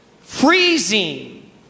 freezing